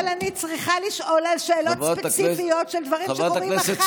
אבל אני צריכה לשאול שאלות ספציפיות על דברים שקורים מחר.